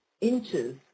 inches